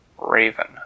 raven